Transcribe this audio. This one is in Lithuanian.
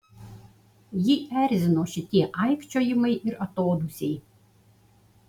jį erzino šitie aikčiojimai ir atodūsiai